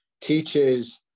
teaches